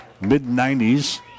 mid-90s